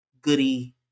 goody